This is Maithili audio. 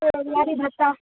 बेरोजगारी भत्ता